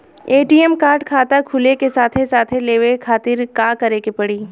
ATM card खाता खुले के साथे साथ लेवे खातिर का करे के पड़ी?